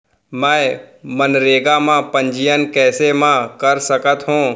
मैं मनरेगा म पंजीयन कैसे म कर सकत हो?